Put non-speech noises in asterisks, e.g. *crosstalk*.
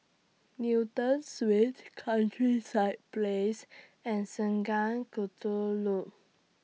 Newton Suites *noise* Countryside Place and Sungei Kadut Loop